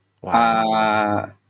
Wow